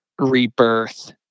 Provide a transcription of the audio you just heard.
rebirth